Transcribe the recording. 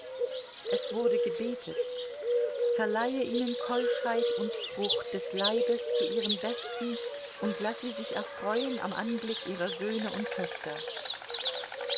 es wurde gebetet verleihe ihnen keuschheit und frucht des leibes zu ihrem besten und laß sie sich erfreuen am anblick ihrer söhne und töchter